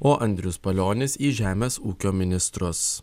o andrius palionis į žemės ūkio ministrus